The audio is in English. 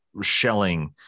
shelling